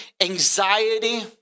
anxiety